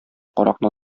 каракны